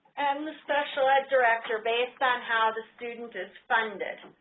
and the special ed director based on how the student is funded.